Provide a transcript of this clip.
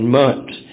months